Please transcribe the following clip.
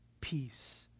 peace